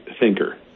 thinker